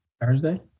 Thursday